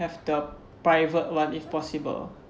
ve the private one if possible